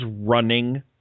running